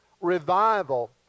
revival